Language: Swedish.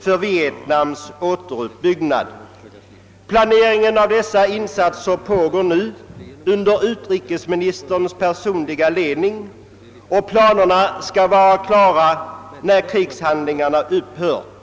för Vietnams återuppbyggnad. Planeringen av dessa insatser pågår nu under utrikesministerns personliga ledning, och planerna skall vara klara när krigshandlingarna upphört.